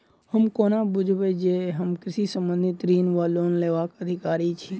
हम कोना बुझबै जे हम कृषि संबंधित ऋण वा लोन लेबाक अधिकारी छी?